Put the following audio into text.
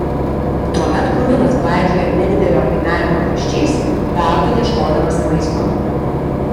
tuomet kruvinas klaidžiojo nedidelio kaimelio pakraščiais veltui ieškodamas maisto